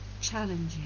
challenging